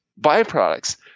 byproducts